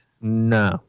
No